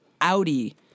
Audi